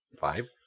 five